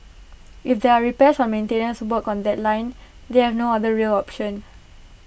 if there are repairs or maintenance work on that line they have no other rail option